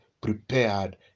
prepared